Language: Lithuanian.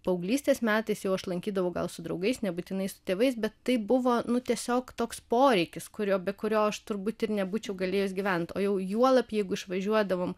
paauglystės metais jau aš lankydavau gal su draugais nebūtinai su tėvais bet taip buvo nu tiesiog toks poreikis kurio be kurio aš turbūt ir nebūčiau galėjus gyvent o jau juolab jeigu išvažiuodavom